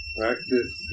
practice